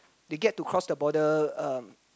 they get to cross the border um